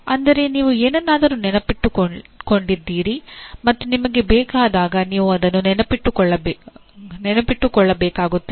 ಅಂದರೆ ನೀವು ಏನನ್ನಾದರೂ ನೆನಪಿಸಿಕೊಂಡಿದ್ದೀರಿ ಮತ್ತು ನಿಮಗೆ ಬೇಕಾದಾಗ ನೀವು ಅದನ್ನು ನೆನಪಿಸಿಕೊಳ್ಳಬೇಕಾಗುತ್ತದೆ